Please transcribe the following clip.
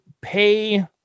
pay